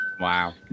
Wow